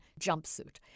jumpsuit